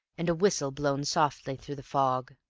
and a whistle blown softly through the fog.